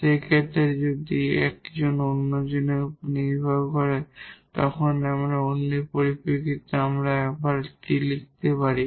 সেই ক্ষেত্রে যদি একজন অন্যটির উপর নির্ভর করে আমরা অন্যের পরিপ্রেক্ষিতে আবার একটি লিখতে পারি